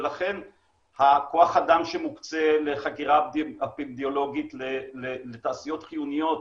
ולכן הכוח-אדם שמוקצה לחקירה אפידמיולוגית לתעשיות חיוניות,